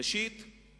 ראשית